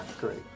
great